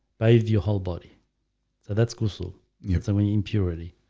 bathe your whole body. so that's crucial yes, i mean impurity